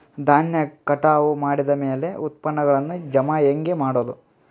ಧಾನ್ಯ ಕಟಾವು ಮಾಡಿದ ಮ್ಯಾಲೆ ಉತ್ಪನ್ನಗಳನ್ನು ಜಮಾ ಹೆಂಗ ಮಾಡೋದು?